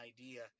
idea